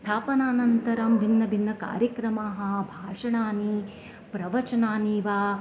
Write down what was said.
स्थापनानन्तरं भिन्नभिन्नकार्यक्रमाः भाषणानि प्रवचनानि वा